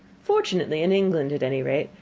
fortunately in england, at any rate,